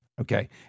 Okay